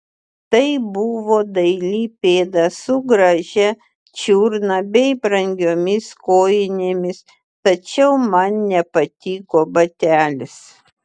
tai buvo daili pėda su gražia čiurna bei brangiomis kojinėmis tačiau man nepatiko batelis